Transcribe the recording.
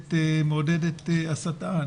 מעודדת הסתה.